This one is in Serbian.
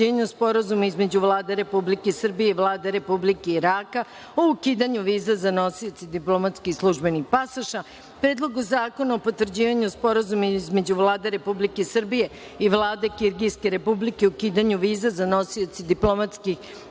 o potvrđivanju Sporazuma između Vlade Republike Srbije i Vlade Republike Iraka o ukidanju viza za nosioce diplomatskih i službenih pasoša; Predlogu zakona o potvrđivanju Sporazuma između Vlade Republike Srbije i Vlade Kirgiske Republike o ukidanju viza za nosioce diplomatskih i